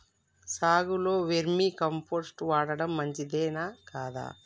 సాగులో vermicompost వాడటం మంచిదే కదా?